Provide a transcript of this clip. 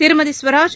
Thirumathi Swaraj